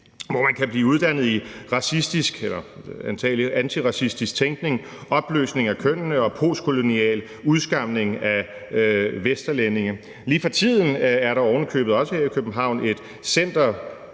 i racistisk eller antagelig antiracistisk tænkning, opløsning af kønnene og postkolonial udskamning af vesterlændinge. Lige for tiden er der her i København ovenikøbet